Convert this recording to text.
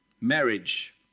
marriage